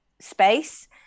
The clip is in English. space